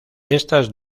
estas